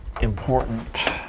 important